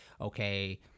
okay